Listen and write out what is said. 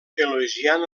elogiant